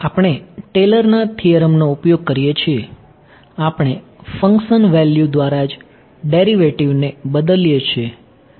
આપણે ટેલર ના થીયરમ નો ઉપયોગ કરીએ છીએ આપણે ફંક્શન વેલ્યૂ દ્વારા જ ડેરિવેટિવ ને બદલીએ છીએ